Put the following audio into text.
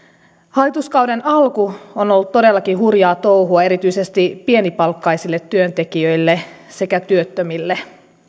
hallituskauden alku on ollut todellakin hurjaa touhua erityisesti pienipalkkaisille työntekijöille sekä työttömille